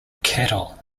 cattle